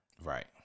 Right